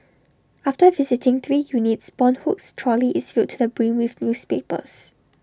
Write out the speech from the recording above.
after visiting three units boon Hock's trolley is filled to the brim with newspapers